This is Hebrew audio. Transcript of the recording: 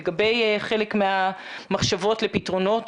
לגבי חלק מהמחשבות לפתרונות,